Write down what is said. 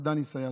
דני סיידה.